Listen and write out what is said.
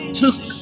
took